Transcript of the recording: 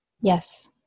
Yes